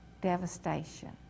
Devastation